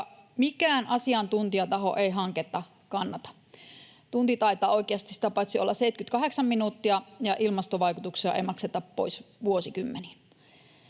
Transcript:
mikään asiantuntijataho ei hanketta kannata. Tunti taitaa sitä paitsi oikeasti olla 78 minuuttia, ja ilmastovaikutuksia ei makseta pois vuosikymmeniin.